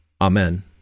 Amen